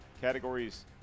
Categories